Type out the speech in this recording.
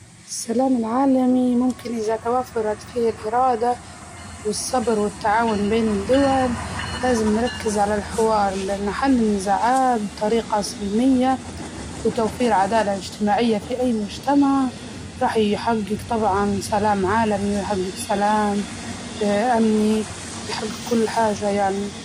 السلام العالمي ممكن إزا توفرت فيه الإرادة والصبر والتعاون بين الدول لازم نركز على الحوار لأنه حل النزاعات بطريقة سلمية، وتوفير عدالة اجتماعية في أي مجتمع راح يحقق طبعاً سلام عالمي ويحقق سلام أمني وبيحقق كل حاجة يعني.